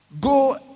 Go